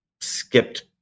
skipped